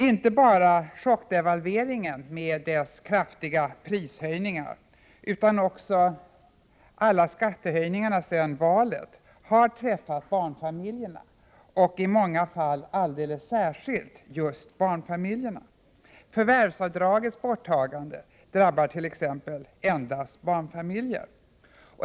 Inte bara chockdevalveringen med dess kraftiga prishöjningar utan också alla de skattehöjningar som genomförts efter valet har drabbat barnfamiljerna, i många fall alldeles särskilt dem. Exempelvis förvärvsavdragets borttagande drabbar endast barnfamiljer.